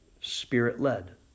spirit-led